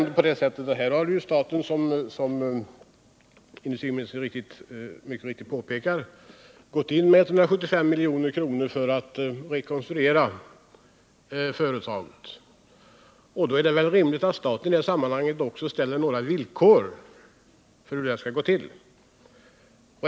I detta fall har staten gått in med 175 milj.kr. för att företaget skall kunna rekonstrueras. Då är det väl rimligt att staten också ställer villkor beträffande hur det skall gå till.